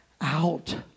out